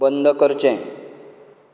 बंद करचें